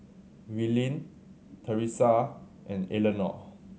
Willene Thresa and Eleonore